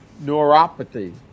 Neuropathy